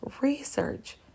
Research